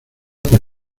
por